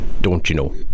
don't-you-know